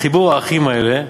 החיבור, האחים האלה,